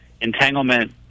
Entanglement